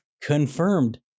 confirmed